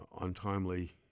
untimely